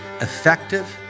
effective